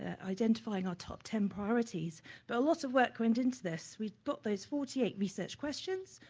ah dentifying our top ten priorities but a lot of work went into this, we got those forty eight research questions,